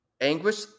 anguish